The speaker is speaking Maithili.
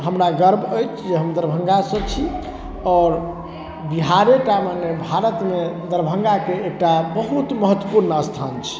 हमरा गर्व अछि जे हम दरभंगासँ छी आओर बिहारे टामे नहि भारतमे दरभंगाके एकटा बहुत महत्वपूर्ण स्थान छै